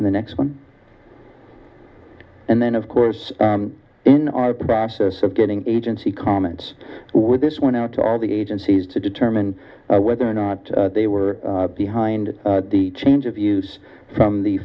and the next one and then of course in our process of getting agency comments with this went out to all the agencies to determine whether or not they were behind the change of use from the